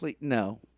No